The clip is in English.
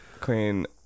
Queen